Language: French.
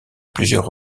plusieurs